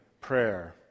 prayer